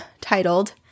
titled